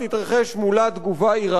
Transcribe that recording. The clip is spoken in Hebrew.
שכנראה תהיה איומה ונוראה,